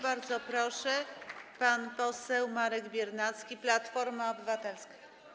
Bardzo proszę, pan poseł Marek Biernacki, Platforma Obywatelska.